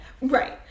Right